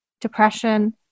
depression